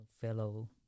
fellow